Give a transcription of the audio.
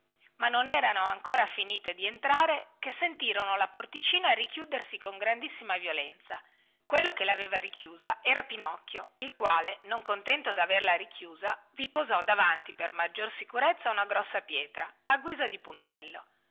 ma non erano ancora finite dentrare che sentirono la porticina richiudersi con grandissima violenza quello che laveva richiusa era pinocchio il quale non contento di averla richiusa vi posò davanti per maggior sicurezza una grossa pietra a guisa di puntello